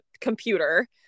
computer